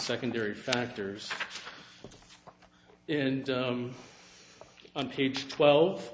secondary factors and on page twelve